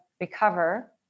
recover